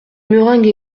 meringues